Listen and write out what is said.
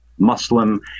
muslim